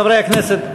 חברי הכנסת,